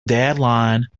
deadline